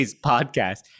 podcast